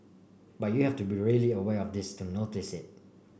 but you have to be really aware of this to notice it